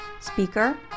speaker